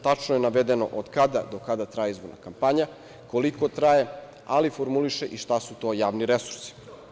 Tačno je navedeno od kada do kada traje izborna kampanja, koliko traje, ali formuliše i šta su to javni resursi.